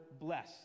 bless